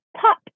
pop